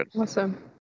Awesome